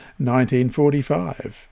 1945